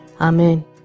Amen